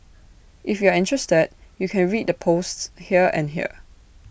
if you're interested you can read the posts here and here